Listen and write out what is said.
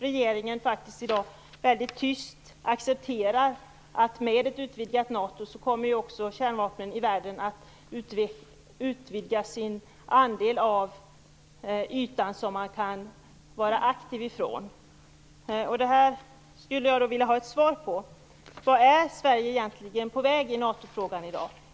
Regeringen accepterar tyst i dag att med hjälp av ett utvidgat NATO den yta i världen där man kan agera aktivt med kärnvapen kommer att utvidgas. Jag skulle vilja ha svar på vart Sverige är på väg i NATO-frågan i dag.